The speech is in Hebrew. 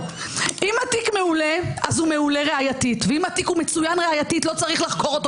אז הוא מעולה ראייתית ואם התיק הוא מצוין ראייתית לא צריך לחקור אותו